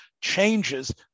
changes